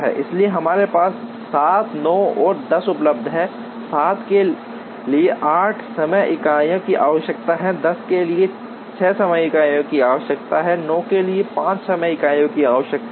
इसलिए हमारे पास 7 9 और 10 उपलब्ध हैं 7 के लिए 8 समय इकाइयों की आवश्यकता है 10 के लिए 6 समय इकाइयों की आवश्यकता है 9 के लिए 5 समय इकाइयों की आवश्यकता है